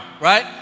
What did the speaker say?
right